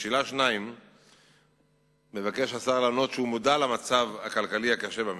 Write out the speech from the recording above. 2. בעקבות המשבר הכלכלי,